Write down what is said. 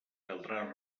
caldrà